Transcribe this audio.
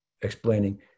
explaining